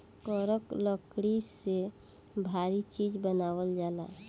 करक लकड़ी से भारी चीज़ बनावल जाला